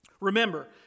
Remember